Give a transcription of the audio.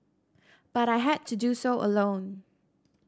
but I had to do so alone